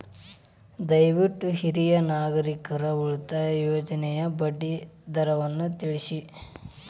ದಯವಿಟ್ಟು ಹಿರಿಯ ನಾಗರಿಕರ ಉಳಿತಾಯ ಯೋಜನೆಯ ಬಡ್ಡಿ ದರವನ್ನು ತಿಳಿಸಿ